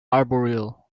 arboreal